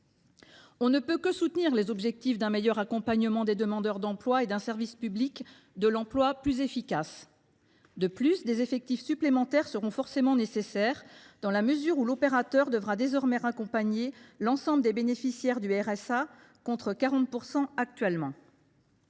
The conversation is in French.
On ne peut que soutenir les objectifs d’un meilleur accompagnement des demandeurs d’emploi et d’un service public de l’emploi plus efficace. De plus, des effectifs supplémentaires seront nécessaires, dans la mesure où l’opérateur accompagnera désormais l’ensemble des bénéficiaires du revenu de solidarité